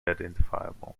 identifiable